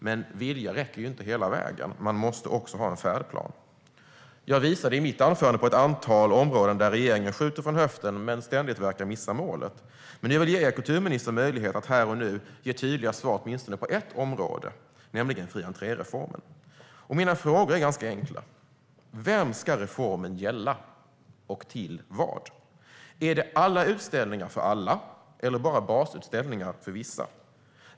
Men vilja räcker inte hela vägen; man måste också ha en färdplan. Jag visade i mitt anförande på ett antal områden där regeringen skjuter från höften men ständigt verkar missa målet. Men jag vill ge kulturministern möjlighet att här och nu ge tydliga svar på åtminstone ett område, nämligen fri-entré-reformen. Mina frågor är ganska enkla: Vem ska reformen gälla? Och till vad? Är det alla utställningar för alla eller bara basutställningar för vissa?